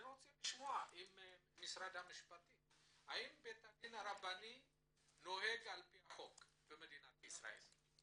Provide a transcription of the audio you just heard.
אני רוצה לשמוע האם בית הדין הרבני נוהג על פי החוק במדינת ישראל?